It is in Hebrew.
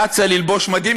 רצה ללבוש מדים,